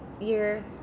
year